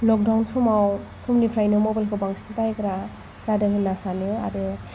lockdown समनिफ्रायनो mobile खौ बांसिन बाहायग्रा जादों होनना सानो आरो